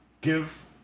give